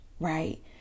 right